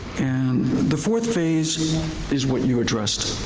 and the fourth phase is what you addressed,